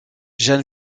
jane